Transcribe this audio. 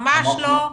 ממש לא.